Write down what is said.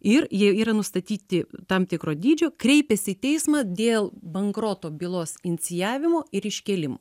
ir jie yra nustatyti tam tikro dydžio kreipiasi į teismą dėl bankroto bylos inicijavimo ir iškėlim